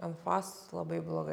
en fas labai blogai